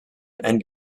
and